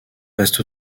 reste